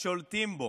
שולטים בו.